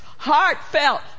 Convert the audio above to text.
heartfelt